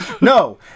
No